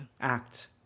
act